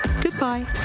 goodbye